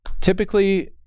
typically